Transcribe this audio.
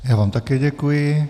Já vám také děkuji.